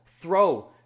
throw